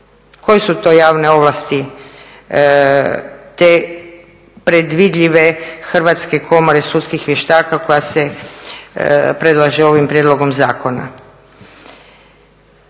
Koje su to javne ovlasti te predvidljive Hrvatske komore sudskih vještaka koja se predlaže ovim prijedlogom zakona?